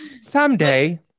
someday